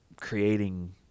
creating